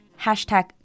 hashtag